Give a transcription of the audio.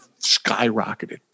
skyrocketed